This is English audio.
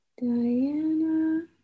Diana